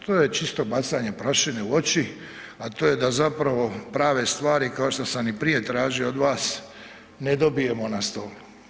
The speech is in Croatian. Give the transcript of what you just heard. To je čisto bacanje prašine u oči, a to je da zapravo prave stvari kao što sam i prije tražio od vas, ne dobijemo na stolu.